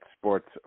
sports